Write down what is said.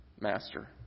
master